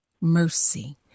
Mercy